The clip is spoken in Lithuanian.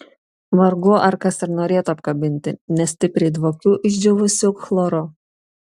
vargu ar kas ir norėtų apkabinti nes stipriai dvokiu išdžiūvusiu chloru